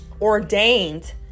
ordained